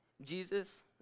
Jesus